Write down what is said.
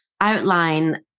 outline